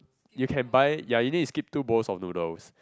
you can buy ya you need to skip two bowls of noodles